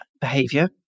behavior